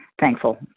thankful